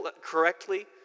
correctly